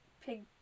Pig